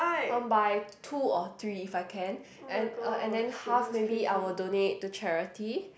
I want buy two or three if I can and uh and then half maybe I will donate to charity